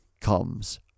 comes